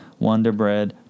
Wonderbread